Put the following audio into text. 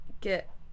get